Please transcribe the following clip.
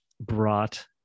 brought